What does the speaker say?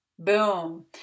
Boom